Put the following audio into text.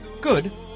Good